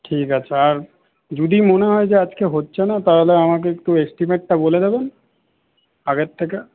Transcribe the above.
ঠিক আছে আর যদি মনে হয় যে আজকে হচ্ছে না তাহলে আমাকে একটু এসটিমেটটা বলে দেবেন আগের থেকে